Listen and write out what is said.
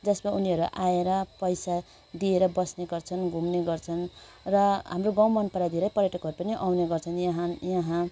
जसमा उनीहरू आएर पैसा दिएर बस्ने गर्छन् घुम्ने गर्छन् र हाम्रो गाउँ मनपराएर धेरै पर्यटकहरू पनि आउने गर्छन् यहाँ यहाँ